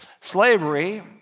Slavery